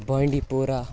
بانٛڈی پورہ